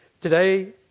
Today